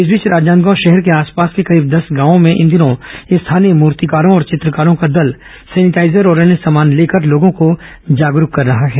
इस बीच राजनांदगांव शहर के आसपास के करीब दस गांवों में इन दिनों स्थानीय मूर्तिकारों और चित्रकारों का दल सैनिटाईजर और अन्य सामान लेकर लोगों को जागरूक कर रहे हैं